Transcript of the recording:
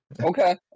Okay